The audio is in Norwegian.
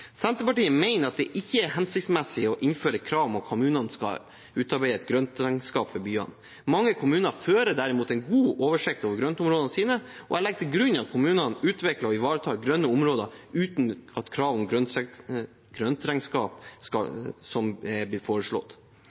Senterpartiet mener det ikke er hensiktsmessig å innføre krav om at kommunene skal utarbeide et grøntregnskap for byene. Mange kommuner fører derimot en god oversikt over grøntområdene sine, og jeg legger til grunn at kommunene utvikler og ivaretar grønne områder uten krav om